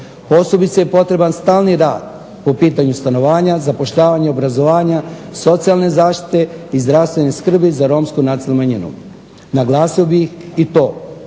Posebice je potreban stalni rad po pitanju stanovanja, zapošljavanja, obrazovanja, socijalne zaštite i zdravstvene skrbi za romsku nacionalnu manjinu. Naglasio bih i to